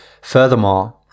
Furthermore